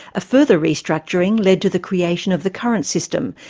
a further restructuring led to the creation of the current system,